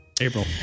April